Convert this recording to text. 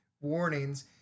warnings